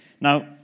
Now